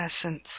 essence